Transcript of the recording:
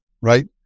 right